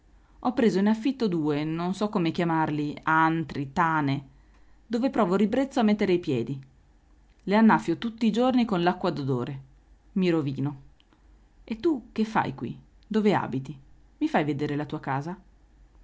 ho preso in affitto due non so come chiamarli antri tane dove provo ribrezzo a mettere i piedi le annaffio tutti i giorni con l acqua d odore i rovino e tu che fai qui dove abiti i fai veder la tua casa